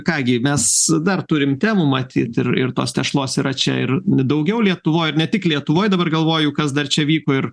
ką gi mes dar turim temų matyt ir ir tos tešlos yra čia ir daugiau lietuvoj ir ne tik lietuvoj dabar galvoju kas dar čia vyko ir